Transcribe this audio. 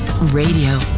Radio